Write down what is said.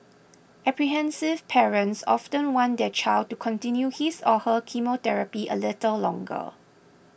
apprehensive parents often want their child to continue his or her chemotherapy a little longer